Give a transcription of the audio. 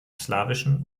slawischen